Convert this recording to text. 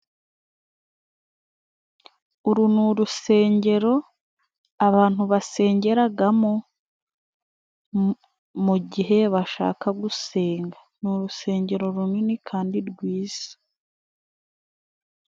Uru ni urusengero abantu basengeramo mu gihe bashaka gusenga. Ni urusengero runini Kandi rwiza.